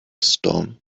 storm